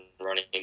running